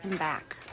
back